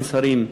אין שרים,